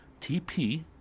TP